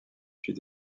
suit